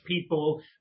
people